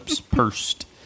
pursed